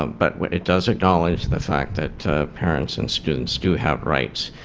um but but it does acknowledge the fact that parents and students do have rights